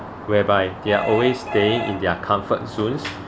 whereby they are always stay in their comfort zones